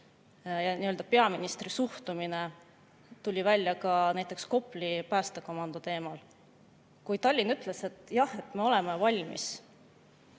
aspekt: peaministri suhtumine tuli välja ka näiteks Kopli päästekomando teemal. Kui Tallinn ütles, et jah, me oleme valmis